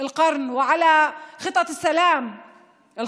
המאה ועל תוכנית השלום של